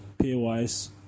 pay-wise